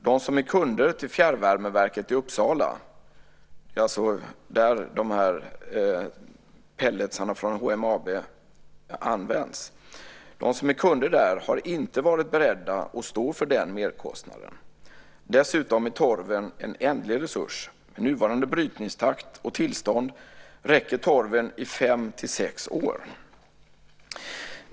De som är kunder till fjärrvärmeverket i Uppsala - det är alltså där som de pellets som HMAB producerar används - har inte varit beredda att stå för den merkostnaden. Dessutom är torven en ändlig resurs. Med nuvarande brytningstakt och tillstånd räcker torven i fem till sex år.